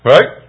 Right